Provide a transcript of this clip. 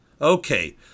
Okay